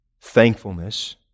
thankfulness